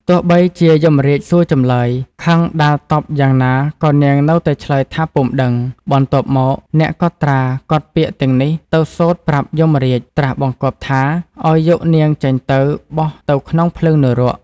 ទោះបីជាយមរាជសួរចម្លើយ ខឹងដាល់តប់យ៉ាងណាក៏នាងនៅតែឆ្លើយថាពុំដឹង បន្ទាប់មកអ្នកកត់ត្រាកត់ពាក្យទាំងនេះទៅសូត្រប្រាប់យមរាជ ត្រាស់បង្គាប់ថា ឱ្យយកនាងចេញទៅ បោះទៅក្នុងភ្លើងនរក ។។